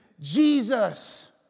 Jesus